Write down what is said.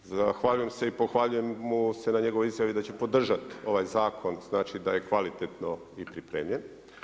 Zahvaljujem se i pohvaljujem mu se na njegovoj izjavi da će podržati ovaj zakon, znači da je kvalitetno i pripremljen.